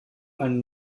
einen